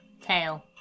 Tail